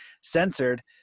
censored